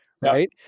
Right